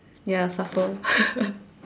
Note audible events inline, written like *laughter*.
ya supper *laughs*